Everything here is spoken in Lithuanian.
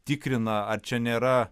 tikrina ar čia nėra